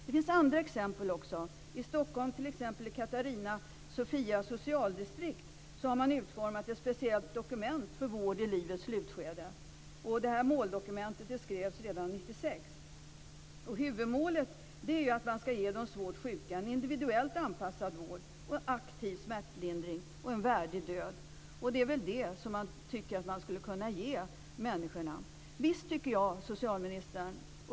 Det finns också andra exempel. Katarina-Sofia socialdistrikt utformade ett speciellt måldokument för vård i livets slutskede redan 1996. Huvudmålet är att man skall ge de svårt sjuka en individuellt anpassad vård, aktiv smärtlindring och en värdig död. Det är väl det som man tycker att man skulle kunna ge människor.